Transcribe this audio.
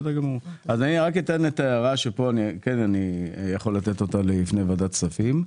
אני רק אציין את ההערה שאני כן יכול לתת אותה לפני ועדת כספים.